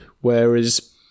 Whereas